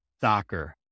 soccer